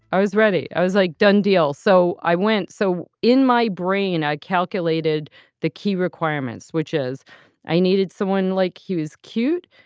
i was ready. i was like, done deal. so i went. so in my brain, i calculated the key requirements, which is i needed someone like hughes. cute.